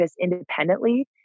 independently